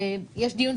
יש דיון,